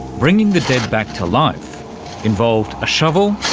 bringing the dead back to life involved a shovel,